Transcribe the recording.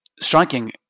striking